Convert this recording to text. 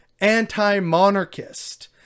anti-monarchist